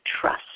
trust